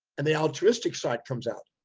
and the altruistic side comes out.